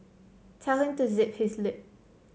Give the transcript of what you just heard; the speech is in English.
tell him to zip his lip